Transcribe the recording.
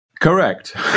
correct